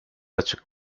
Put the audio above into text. açık